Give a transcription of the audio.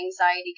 anxiety